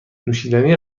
نوشیدنی